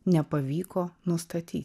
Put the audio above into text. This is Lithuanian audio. nepavyko nustatyti